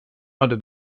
under